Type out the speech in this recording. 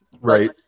Right